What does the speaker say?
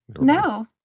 No